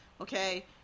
okay